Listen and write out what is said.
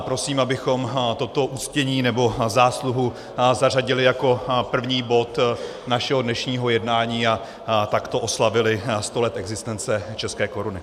Prosím, abychom toto uctění nebo zásluhu zařadili jako první bod našeho dnešního jednání a takto oslavili sto let existence české koruny.